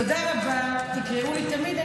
תודה רבה, תקראו לי תמיד.